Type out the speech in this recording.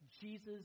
Jesus